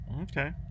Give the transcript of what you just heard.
Okay